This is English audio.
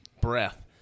breath